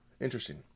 interesting